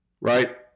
right